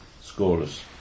scorers